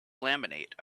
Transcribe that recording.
laminate